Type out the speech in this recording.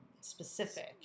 specific